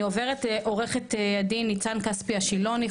אני עוברת לעו"ד ניצן כספי השילוני,